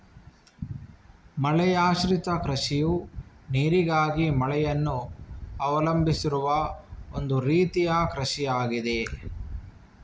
ಮಳೆಯಾಶ್ರಿತ ಕೃಷಿಯು ನೀರಿಗಾಗಿ ಮಳೆಯನ್ನು ಅವಲಂಬಿಸಿರುವ ಒಂದು ರೀತಿಯ ಕೃಷಿಯಾಗಿದೆ